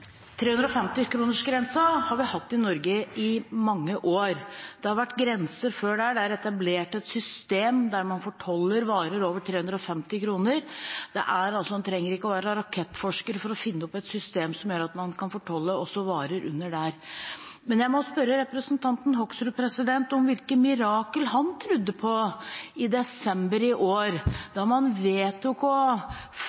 har vi hatt i Norge i mange år, og det har vært grenser før det. Det er etablert et system der man fortoller varer over 350 kr. En trenger ikke være rakettforsker for å finne opp et system som gjør at man også kan fortolle varer under det beløpet. Men jeg må spørre representanten Hoksrud om hvilke mirakler han trodde på i desember i